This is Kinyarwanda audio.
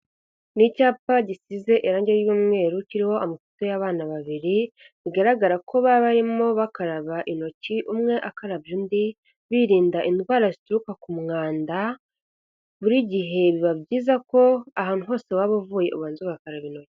Ni icyapa gisize irangi ry'umweru kiriho amafoto y'abana babiri, bigaragara ko baba barimo bakaraba intoki umwe akarabya undi, birinda indwara zituruka ku mwanda. Buri gihe biba byiza ko ahantu hose waba uvuye ubanza ugakaraba intoki.